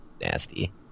nasty